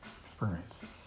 experiences